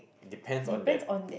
depends on that